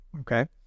okay